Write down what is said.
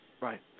Right